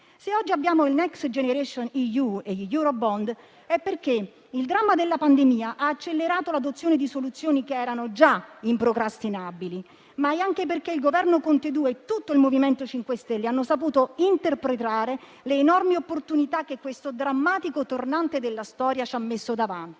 Se oggi abbiamo il Next generation EU e gli *eurobond*, è perché il dramma della pandemia ha accelerato l'adozione di soluzioni che erano già improcrastinabili, ma è anche perché il Governo Conte II e tutto il MoVimento 5 Stelle hanno saputo interpretare le enormi opportunità che questo drammatico tornante della storia ci ha messo davanti.